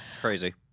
Crazy